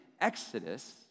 Exodus